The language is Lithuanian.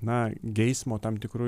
na geismo tam tikru